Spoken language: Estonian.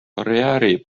karjääri